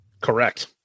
Correct